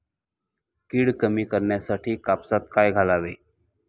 कीड कमी करण्यासाठी कापसात काय घालावे?